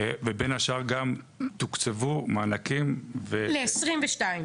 ובין השאר גם תוקצבו מענקים ל-22'.